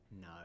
No